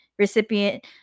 Recipient